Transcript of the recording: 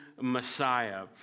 Messiah